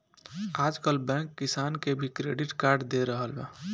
आजकल बैंक किसान के भी क्रेडिट कार्ड दे रहल बा